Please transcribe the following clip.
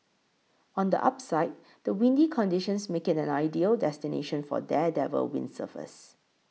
on the upside the windy conditions make it an ideal destination for daredevil windsurfers